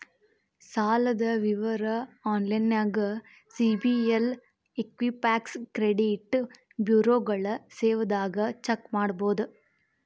ಸಾಲದ್ ವಿವರ ಆನ್ಲೈನ್ಯಾಗ ಸಿಬಿಲ್ ಇಕ್ವಿಫ್ಯಾಕ್ಸ್ ಕ್ರೆಡಿಟ್ ಬ್ಯುರೋಗಳ ಸೇವೆದಾಗ ಚೆಕ್ ಮಾಡಬೋದು